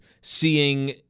seeing